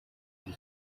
ari